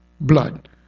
blood